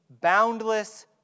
boundless